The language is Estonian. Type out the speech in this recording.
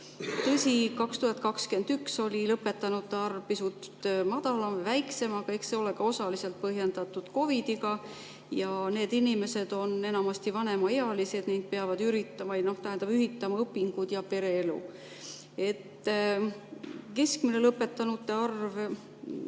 Tõsi, 2021 oli lõpetanute arv pisut väiksem, aga eks see ole osaliselt põhjendatud COVID‑iga. Need inimesed on enamasti vanemaealised ning peavad ühitama õpingud ja pereelu. Keskmine lõpetanute arv